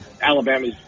Alabama's